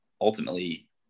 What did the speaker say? ultimately